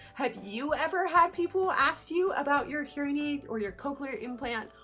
have you ever had people asked you about your hearing aid, or your cochlear implant,